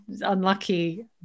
unlucky